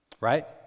Right